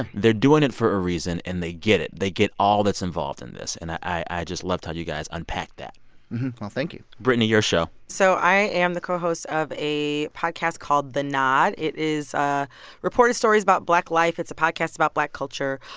and they're doing it for a reason, and they get it. they get all that's involved in this. and i just loved how you guys unpack that well, thank you brittany, your show so i am the co-host of a podcast called the nod. it is ah reported stories about black life. it's a podcast about black culture.